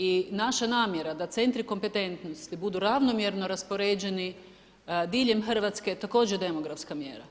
I naša namjera da centri kompetentnosti budu ravnomjerno raspoređeni diljem Hrvatske, također demografska mjera.